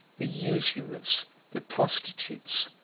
the usurers, the prostitutes,